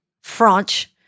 French